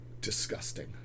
Disgusting